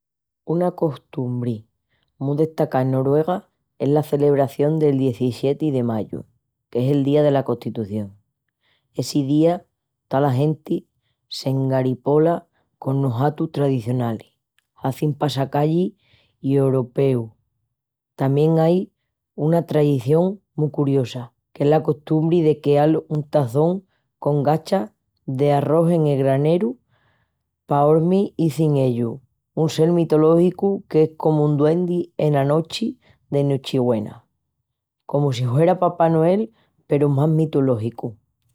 Una costumbri mu destacá en Noruega es la celebración del dezissieti de mayu, qu'es el Día dela Costitución. Essi día tola genti s'engaripola conos hatus tradicionalis. Hazin passacallis i horopeus. Tamién ai una tradición mu curiosa qu'es la costumbri de queal un taçón con gachas d'arrós en el graneru pa, hormi izin ellus, un sel mitológicu qu'es comu un duendi ena nochi de nochigüena. Comu si huera'l papá Noel peru más mitológicu.